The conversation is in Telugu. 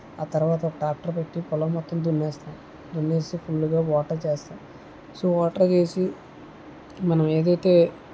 ఆ తర్వాత ట్రాక్టర్ పెట్టి పొలం మొత్తం దున్నేస్తాం దున్నేసి ఫుల్ గా వాటర్ చేస్తాం సో వాటర్ చేసి మనం ఏదైతే